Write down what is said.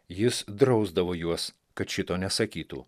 jis drausdavo juos kad šito nesakytų